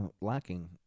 lacking